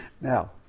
Now